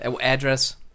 address